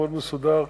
מאוד מסודר,